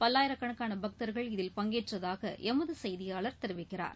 பல்லாயிரக்கணக்கான பக்தர்கள் இதில் பங்கேற்றதாக எமது செய்தியாளர் தெரிவிக்கிறார்